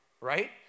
right